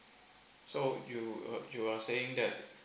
so you uh you are saying that